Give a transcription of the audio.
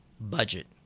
budget